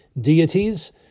deities